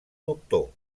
doctor